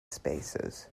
spaces